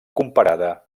comparada